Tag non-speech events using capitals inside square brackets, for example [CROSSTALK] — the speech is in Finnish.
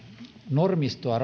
normistoa [UNINTELLIGIBLE]